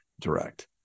direct